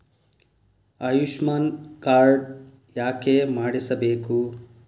Ayushman card ಯಾಕೆ ಮಾಡಿಸಬೇಕು?